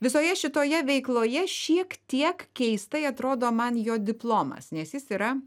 visoje šitoje veikloje šiek tiek keistai atrodo man jo diplomas nes jis yra